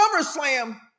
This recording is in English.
SummerSlam